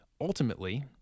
ultimately